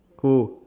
cool